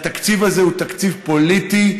כי התקציב הזה הוא תקציב פוליטי,